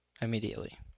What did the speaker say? immediately